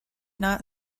not